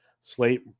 Slate